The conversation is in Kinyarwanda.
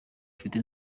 dufite